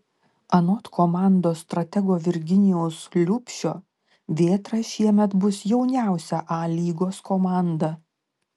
anot komandos stratego virginijaus liubšio vėtra šiemet bus jauniausia a lygos komanda